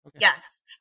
Yes